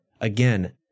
Again